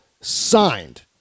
signed